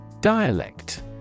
Dialect